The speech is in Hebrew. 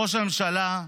ראש הממשלה,